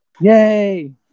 Yay